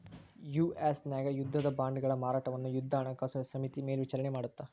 US ನ್ಯಾಗ ಯುದ್ಧದ ಬಾಂಡ್ಗಳ ಮಾರಾಟವನ್ನ ಯುದ್ಧ ಹಣಕಾಸು ಸಮಿತಿ ಮೇಲ್ವಿಚಾರಣಿ ಮಾಡತ್ತ